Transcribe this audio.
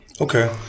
Okay